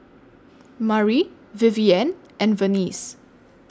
Mari Vivienne and Venice